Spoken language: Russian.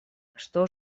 что